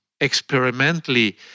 experimentally